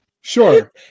Sure